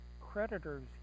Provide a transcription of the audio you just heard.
creditors